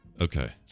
okay